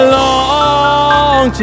long